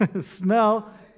smell